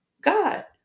God